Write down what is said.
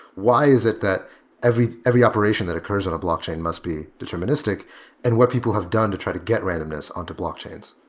why is it that every every operation that occurs on a blockchain must be deterministic and what people have done to try to get randomness onto blockchains?